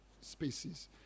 spaces